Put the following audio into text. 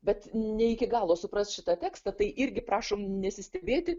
bet ne iki galo supras šitą tekstą tai irgi prašom nesistebėti